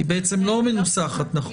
היא בעצם לא מנוסחת נכון.